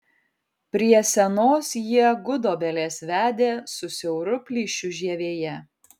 prie senos jie gudobelės vedė su siauru plyšiu žievėje